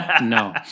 No